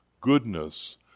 goodness